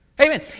Amen